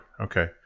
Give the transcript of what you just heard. Okay